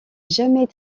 jamais